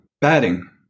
Batting